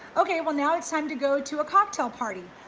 okay, well, now it's time to go to a cocktail party.